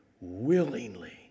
Willingly